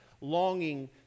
longing